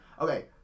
okay